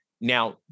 Now